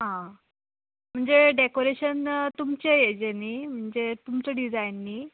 आ म्हणजे डेकोरेशन तुमचे हेजें न्ही म्हणजे तुमचे डिजायन न्ही